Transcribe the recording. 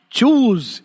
Choose